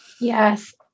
Yes